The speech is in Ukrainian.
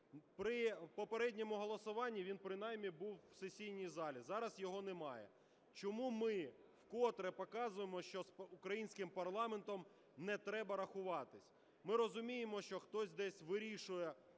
При попередньому голосуванні він принаймні був у сесійній залі, зараз його немає. Чому ми вкотре показуємо, що з українським парламентом не треба рахуватись? Ми розуміємо, що хтось десь вирішує: